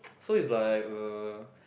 so is like err